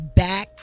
back